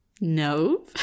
No